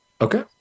Okay